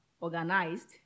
organized